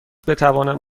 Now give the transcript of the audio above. بتوانم